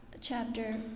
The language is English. chapter